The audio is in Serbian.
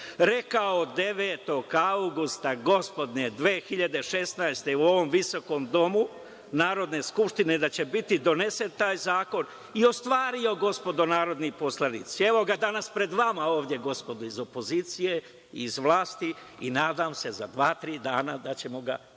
rekao 9. avgusta gospodnje 2016. godine u ovom visokom domu Narodne skupštine da će biti donesen taj zakon i ostvario, gospodo narodni poslanici. Evo ga danas pred vama ovde gospodo iz opozicije i iz vlasti i nadam se za dva, tri dana da ćemo ga